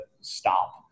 stop